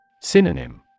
Synonym